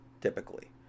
typically